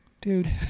dude